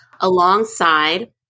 alongside